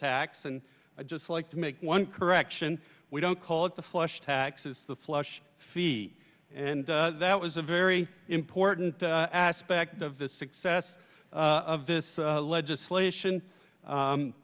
tax and i just like to make one correction we don't call it the flesh taxes the flush fee and that was a very important aspect of the success of this legislation